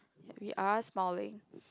ya we are smiling